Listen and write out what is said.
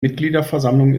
mitgliederversammlung